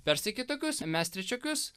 tarsi kitokius o mes trečiokius